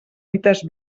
dites